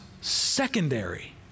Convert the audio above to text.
secondary